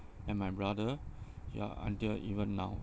and my brother ya until even now